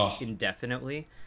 indefinitely